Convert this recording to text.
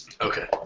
Okay